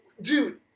Dude